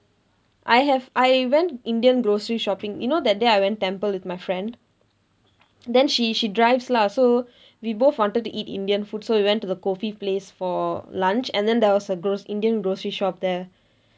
I have I went indian grocery shopping you know that day I went temple with my friend then she she drives lah so we both wanted to eat indian food so we want to the coffee place for lunch and then there was a groc~ indian grocery shop there